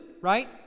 right